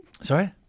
Sorry